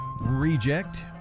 Reject